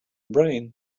brain